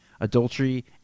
adultery